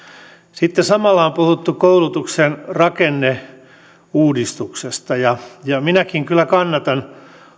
samalla on puhuttu koulutuksen rakenneuudistuksesta ja minäkin kyllä kannatan